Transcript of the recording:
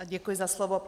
Děkuji za slovo.